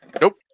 Nope